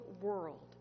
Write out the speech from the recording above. world